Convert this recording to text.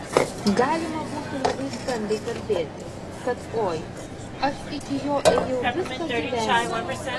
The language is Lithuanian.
galima būtų labai skambiai kalbėti kad oi aš iki jo ėjau visą gyvenimą